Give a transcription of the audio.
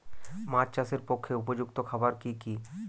মাছ চাষের পক্ষে উপযুক্ত খাবার কি কি?